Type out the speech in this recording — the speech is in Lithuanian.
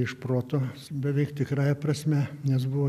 iš proto beveik tikrąja prasme nes buvo